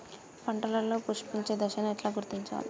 పంటలలో పుష్పించే దశను ఎట్లా గుర్తించాలి?